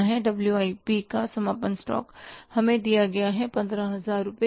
WIP W I P का समापन stock हमें दिया गया 15000